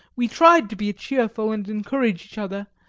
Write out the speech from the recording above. we tried to be cheerful and encourage each other,